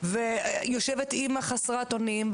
יושבת אימא חסרת אונים.